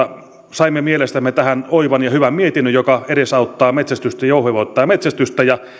saimme mielestämme tähän oivan ja hyvän mietinnön joka edesauttaa metsästystä jouhevoittaa metsästystä